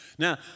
Now